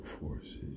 forces